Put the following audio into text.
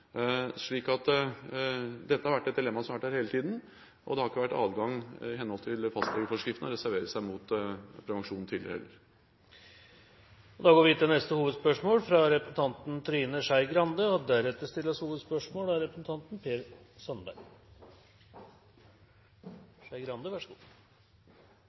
Dette har vært et dilemma hele tiden, og det har heller ikke tidligere vært adgang i henhold til fastlegeforskriften å reservere seg mot prevensjon. Vi går til neste hovedspørsmål. For to dager siden la Statistisk sentralbyrå fram beregninga av